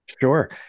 sure